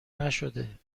نشده